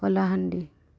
Kalahandi